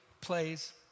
plays